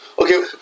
Okay